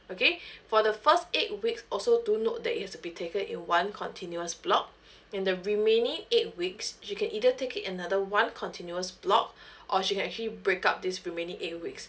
okay for the first eight weeks also do note that needs to be taken in one continuous block and the remaining eight weeks she can either take it another one continuous block or she can actually break up this remaining eight weeks